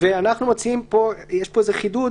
אנחנו מציעים יש פה איזשהו חידוד,